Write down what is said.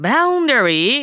Boundary